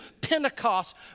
Pentecost